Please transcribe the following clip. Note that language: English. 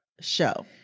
show